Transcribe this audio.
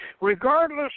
regardless